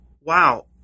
wow